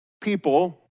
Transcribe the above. people